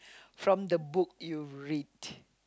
from the book you read